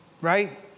right